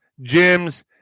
gyms